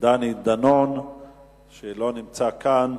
דני דנון לא נמצא כאן.